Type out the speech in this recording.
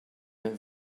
that